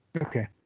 Okay